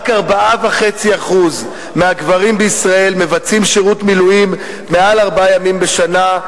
רק 4.5% מהגברים בישראל מבצעים שירות מילואים מעל ארבעה ימים בשנה,